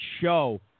show